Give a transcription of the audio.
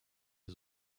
aux